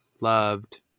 loved